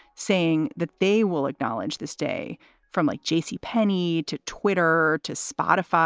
saying that they will acknowledge this day from like j c. penney to twitter to spotify